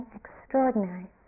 extraordinary